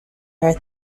her